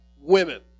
women